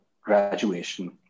graduation